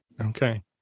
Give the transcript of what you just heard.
okay